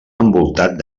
envoltat